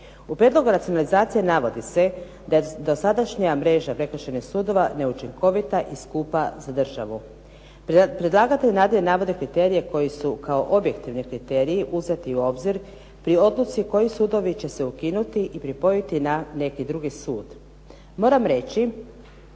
U prijedlogu racionalizacije navodi se da sadašnja mreža prekršajnih sudova neučinkovita i skupa za državu. Predlagatelj nadalje navodi kriterije koji su kao objektivni kriteriji uzeti u obzir pri odluci koji sudovi će se ukinuti i pripojiti na neki drugi sud. Moram reći